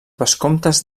vescomtes